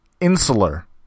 insular